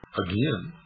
again